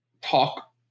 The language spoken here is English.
talk